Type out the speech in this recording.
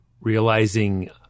realizing